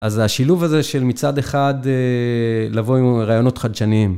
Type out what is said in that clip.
אז השילוב הזה של מצד אחד לבוא עם רעיונות חדשניים.